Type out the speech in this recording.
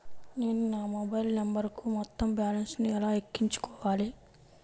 నేను నా మొబైల్ నంబరుకు మొత్తం బాలన్స్ ను ఎలా ఎక్కించుకోవాలి?